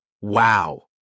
wow